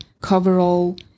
coverall